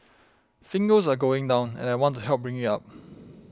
fingers are going down and I want to help bring it up